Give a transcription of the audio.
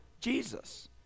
Jesus